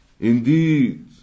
Indeed